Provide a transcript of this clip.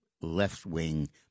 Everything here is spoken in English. left-wing